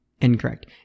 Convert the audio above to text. Incorrect